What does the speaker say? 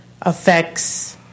affects